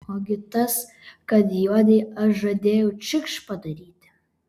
ogi tas kad juodei aš žadėjau čikšt padaryti